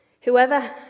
Whoever